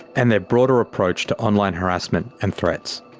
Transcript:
and their broader approach to online harassment and threats.